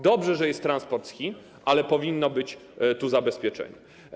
Dobrze, że jest transport z Chin, ale powinno być tu zabezpieczenie.